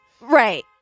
Right